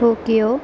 Tokyo